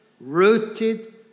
rooted